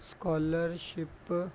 scholarship